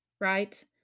right